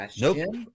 nope